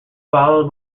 followed